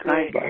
Bye